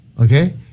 Okay